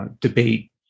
debate